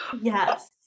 Yes